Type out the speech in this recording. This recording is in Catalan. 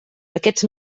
aquests